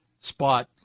spot